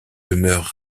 demeurent